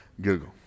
Google